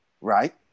Right